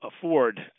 afford